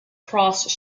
cross